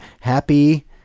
happy